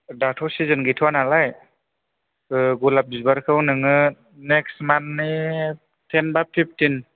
दाथ' सिजोन गैथ'आ नालाय गलाब बिबारखौ नोङो नेक्स्ट मान्थनि टेन बा फिफटिन